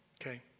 Okay